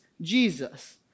Jesus